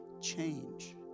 change